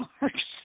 marks